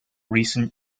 recent